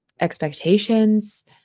expectations